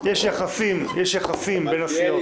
יש יחסים בין הסיעות....